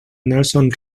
nelson